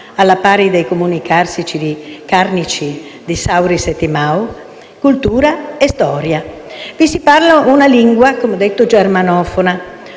alla pari dei Comuni carnici di Sauris e Timau), cultura e storia. Vi si parla una lingua germanofona,